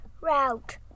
route